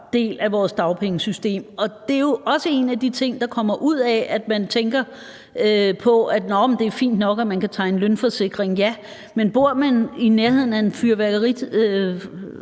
del af vores dagpengesystem. Det er jo også en af de ting, der kommer ud af, at man tænker, at nå ja, det er fint nok, at man kan tegne lønforsikring, men bor man i nærheden af en fyrværkerifabrik,